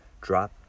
drop